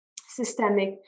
systemic